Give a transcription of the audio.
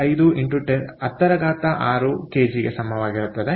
5x106 kgಗೆ ಸಮಾನವಾಗಿರುತ್ತದೆ